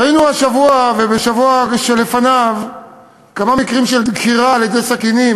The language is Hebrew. ראינו השבוע ובשבוע הקודם כמה מקרים של דקירה בסכין,